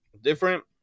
Different